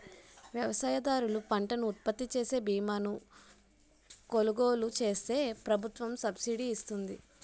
వ్యవసాయదారులు పంటను ఉత్పత్తిచేసే బీమాను కొలుగోలు చేస్తే ప్రభుత్వం సబ్సిడీ ఇస్తుంది